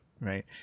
Right